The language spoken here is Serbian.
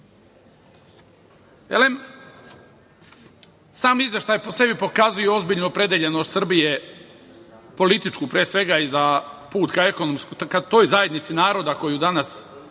izveštaj po sebi pokazuje ozbiljnu opredeljenost Srbije, političku pre svega, i za put ka toj zajednici naroda koji danas